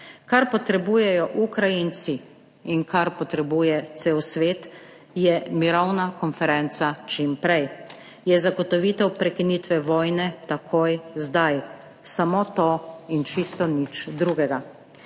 Kar potrebujejo Ukrajinci in kar potrebuje cel svet, je mirovna konferenca čim prej. Je zagotovitev prekinitve vojne takoj zdaj, samo to in čisto nič drugega.